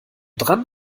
dran